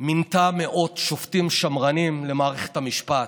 מינתה מאות שופטים שמרנים למערכת המשפט.